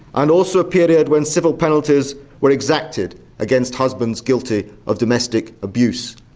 and also a period when civil penalties were exacted against husbands guilty of domestic abuse.